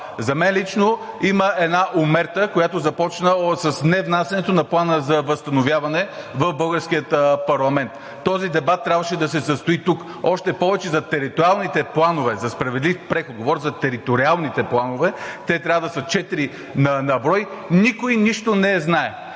За мен лично има една омерта, която започна с невнасянето на Плана за възстановяване в българския парламент. Този дебат трябваше да се състои тук още повече за териториалните планове, за справедлив преход – говоря за териториалните планове, те трябва да са четири на брой, никой нищо не знае.